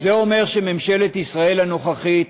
זה אומר שממשלת ישראל הנוכחית